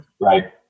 Right